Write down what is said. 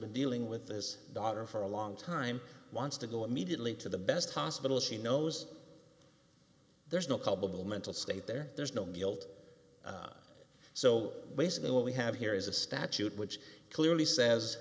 been dealing with his daughter for a long time wants to go immediately to the best hospital she knows there's no culpable mental state there there's no guilt so basically what we have here is a statute which clearly says